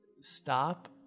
stop